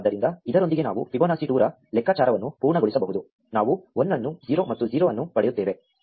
ಆದ್ದರಿಂದ ಇದರೊಂದಿಗೆ ನಾವು ಫಿಬೊನಾಸಿ 2 ರ ಲೆಕ್ಕಾಚಾರವನ್ನು ಪೂರ್ಣಗೊಳಿಸಬಹುದು ನಾವು 1 ಅನ್ನು 0 ಮತ್ತು 0 ಅನ್ನು ಪಡೆಯುತ್ತೇವೆ